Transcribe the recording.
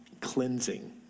cleansing